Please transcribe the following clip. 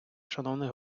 шановний